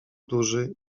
duży